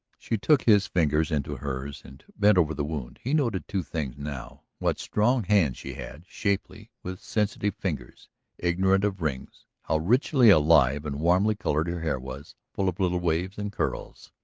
she took his fingers into hers and bent over the wound. he noted two things, now what strong hands she had, shapely, with sensitive fingers ignorant of rings how richly alive and warmly colored her hair was, full of little waves and curls.